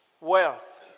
Wealth